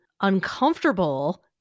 uncomfortable